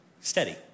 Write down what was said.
steady